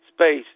space